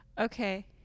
Okay